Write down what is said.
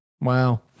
Wow